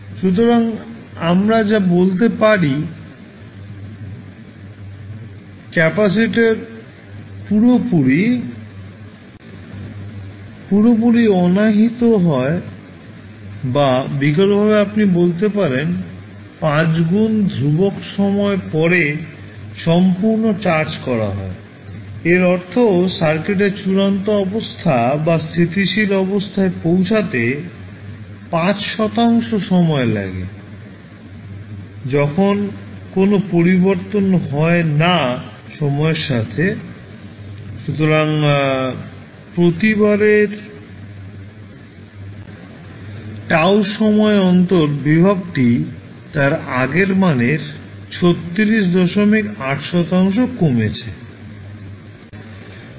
সুতরাং আমরা যা বলতে পারি ক্যাপাসিটর পুরোপুরি অনাহিত হয় বা বিকল্পভাবে আপনি বলতে পারেন 5 গুণ ধ্রুবক সময় পরে সম্পূর্ণ চার্জ করা হয় এর অর্থ সার্কিটের চূড়ান্ত অবস্থা বা স্থিতিশীল অবস্থায় পৌঁছতে 5 সময় লাগে যখন কোনও পরিবর্তন হয় না সময়ের সাথে সুতরাং প্রতিবারের τ সময় অন্তর ভোল্টেজটি তার আগের মানের 368 শতাংশ কমেছে